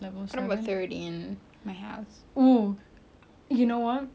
you know what I've known you for quite awhile thirteen is too much for me